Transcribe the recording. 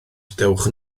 dewch